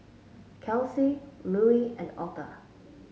Kelsie Lulie and Otha